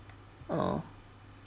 oh